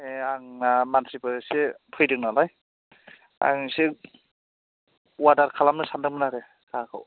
ए आंना मानसिबो एसे फैदों नालाय आं एसे अवादार खालामनो सानदोंमोन आरो साहाखौ